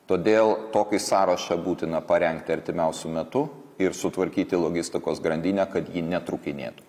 todėl tokį sąrašą būtina parengti artimiausiu metu ir sutvarkyti logistikos grandinę kad ji netrūkinėtų